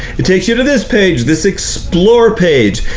it takes you to this page, this explore page,